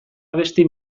abesti